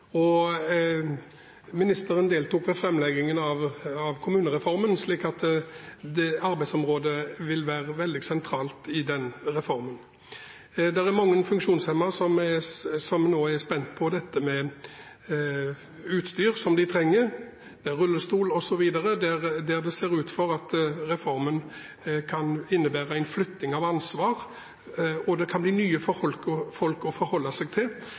Ministeren deltok ved framleggingen av kommunereformen, og det arbeidsområdet vil være veldig sentralt i den reformen. Det er mange funksjonshemmede som nå er spent på dette med utstyr som de trenger – rullestol osv. – der det ser ut for at reformen kan innebære en flytting av ansvar, og at det kan bli nye folk å forholde seg til.